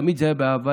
תמיד זה היה בהבנה,